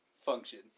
function